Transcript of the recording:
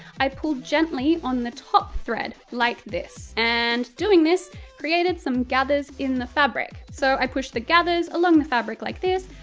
i pulled gently on the top thread like this, and doing this creates um gathers in the fabric. so i pushed the gathers along the fabric like this,